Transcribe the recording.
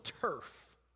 turf